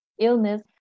illness